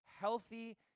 healthy